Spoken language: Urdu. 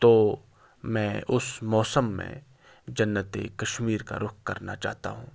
تو میں اس موسم میں جنتِ کشمیر کا رخ کرنا چاہتا ہوں